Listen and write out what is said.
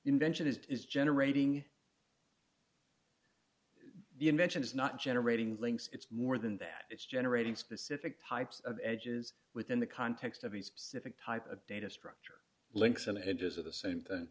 invention is is generating the invention is not generating links it's more than that it's generating specific types of edges within the context of these civic type of data structure links and edges of the same